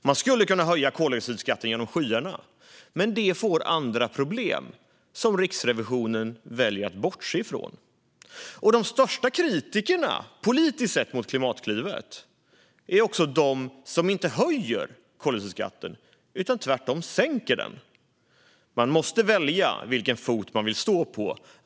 Man skulle kunna höja koldioxidskatten upp till skyarna, men det medför andra problem som Riksrevisionen väljer att bortse från. De politiskt sett största kritikerna mot Klimatklivet är de som inte höjer koldioxidskatten utan tvärtom sänker den. Man måste välja vilken fot man vill stå på.